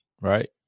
right